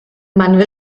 will